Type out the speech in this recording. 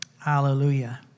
Hallelujah